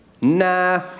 nah